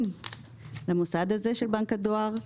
זקוקים למוסד הזה של בנק הדואר.